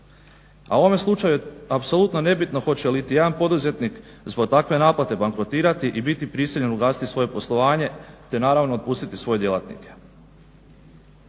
A u ovome je slučaju apsolutno nebitno hoće li iti jedan poduzetnik zbog takve naplate bankrotirati i biti prisiljen ugasiti svoje poslovanje, te naravno otpustiti svoje djelatnike.